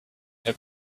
her